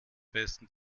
besten